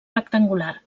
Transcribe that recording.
rectangular